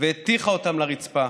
והטיחה אותם לרצפה.